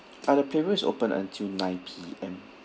ah the playroom is open until nine P_M